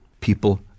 people